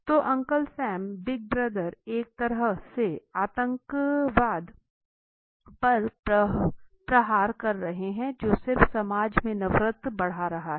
तो uncle Sam big brother एक तरह से आतंकवाद पर प्रहार कर रहे हैं जो सिर्फ समाज में नफरत बढ़ा रहा हैं